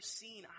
seen